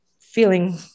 feeling